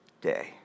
day